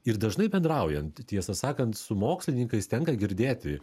ir dažnai bendraujant tiesą sakant su mokslininkais tenka girdėti